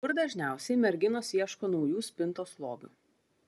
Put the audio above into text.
kur dažniausiai merginos ieško naujų spintos lobių